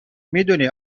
میدونی